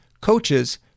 coaches